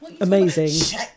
Amazing